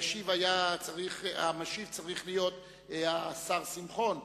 המשיב צריך להיות השר שמחון,